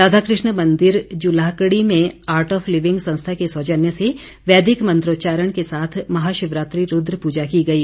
राधा कृष्ण मंदिर जुलाहकड़ी में Art of Living संस्था के सौजन्य से वैदिक मंत्रोच्चारण के साथ महाशिवरात्रि रूद्र पूजा की गई